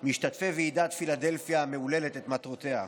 משתתפי ועידת פילדלפיה המהוללת, את מטרותיה: